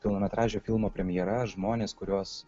pilnametražio filmo premjera žmonės kuriuos